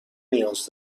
نیاز